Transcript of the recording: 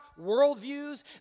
worldviews